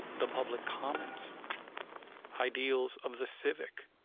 the public commons ideals of the civic,